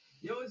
Yo